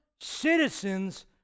citizens